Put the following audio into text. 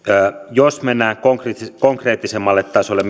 jos mennään konkreettisemmalle tasolle